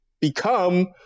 become